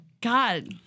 God